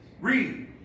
Read